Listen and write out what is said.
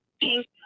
pink